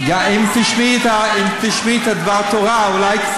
אם תשמעי את דבר התורה, אולי,